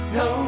no